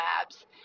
labs